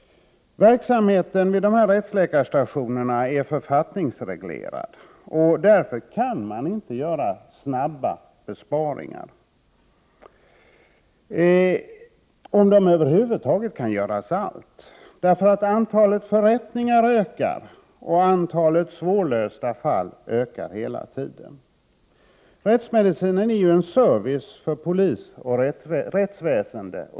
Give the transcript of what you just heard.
Verksamheten vid rättsläkarstationerna är författningsreglerad. Därför kan man inte göra kortsiktiga besparingar — om det över huvud taget går att göra några alls —, eftersom antalet förrättningar och svårlösta fall ökar hela tiden. Rättsmedicinen är ju en mycket viktig service för polis och rättsväsende.